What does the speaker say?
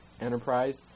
Enterprise